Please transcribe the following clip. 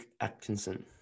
Atkinson